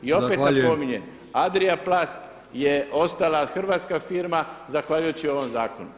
I opet napominjem [[Upadica Brkić: Zahvaljujem.]] Adria plast je ostala hrvatska firma zahvaljujući ovom zakonu.